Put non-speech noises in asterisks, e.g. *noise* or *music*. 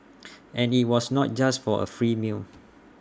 *noise* and IT was not just for A free meal